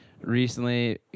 recently